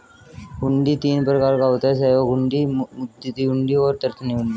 हुंडी तीन प्रकार का होता है सहयोग हुंडी, मुद्दती हुंडी और दर्शनी हुंडी